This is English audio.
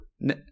No